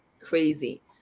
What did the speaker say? crazy